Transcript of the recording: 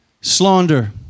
slander